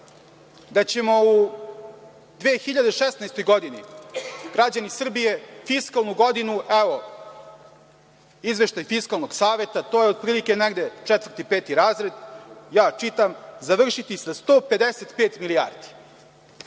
da će u 2016. godini građani, evo izveštaj Fiskalnog saveta, to je otprilike negde četvrti, peti razred, ja čitam, završiti sa 155 milijardi.